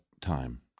time